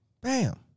Bam